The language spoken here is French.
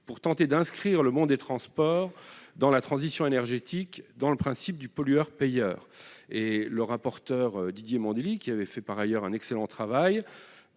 pour tenter d'inscrire le secteur des transports dans la transition énergétique et dans le principe du pollueur-payeur. Le rapporteur Didier Mandelli, qui avait accompli par ailleurs un excellent travail,